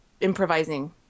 improvising